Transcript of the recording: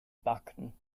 backen